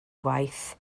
waith